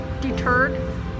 deterred